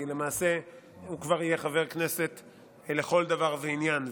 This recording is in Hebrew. כי הוא יהיה חבר כנסת לכל דבר ועניין,